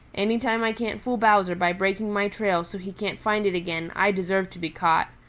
any time i can't fool bowser by breaking my trail so he can't find it again, i deserve to be caught.